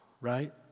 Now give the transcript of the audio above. right